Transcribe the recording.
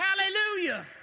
Hallelujah